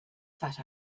fat